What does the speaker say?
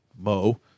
Mo